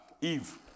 Eve